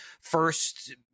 first